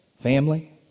Family